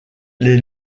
les